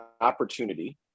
opportunity